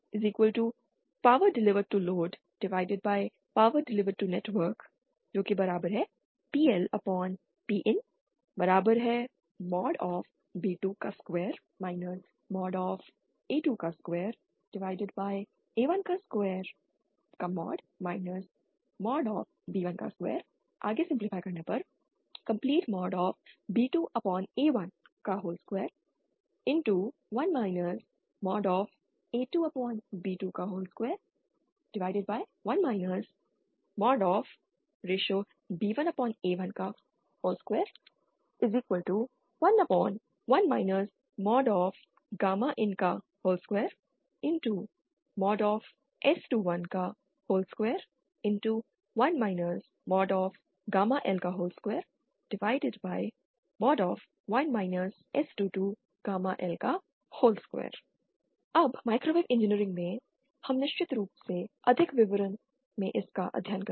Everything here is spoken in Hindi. GPPower delivered to loadPower delivered to networkPLPinb22 a22a12 b12 b2a121 a2b221 b1a1211 in2S2121 L21 S22L2 अब माइक्रोवेव इंजीनियरिंग में हम निश्चित रूप से अधिक विवरण में इसका अध्ययन करेंगे